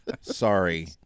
sorry